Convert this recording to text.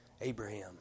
Abraham